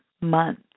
month